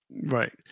Right